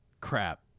crap